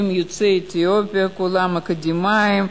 הם יוצאי אתיופיה כולם, אקדמאים,